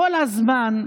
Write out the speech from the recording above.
כל הזמן,